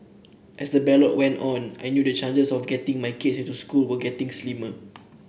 as the ballot went on I knew the chances of getting my kids into the school were getting slimmer